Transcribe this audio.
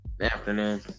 Afternoon